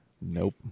nope